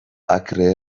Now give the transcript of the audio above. akre